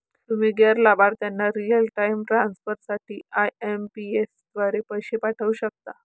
तुम्ही गैर लाभार्थ्यांना रिअल टाइम ट्रान्सफर साठी आई.एम.पी.एस द्वारे पैसे पाठवू शकता